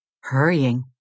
Hurrying